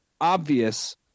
obvious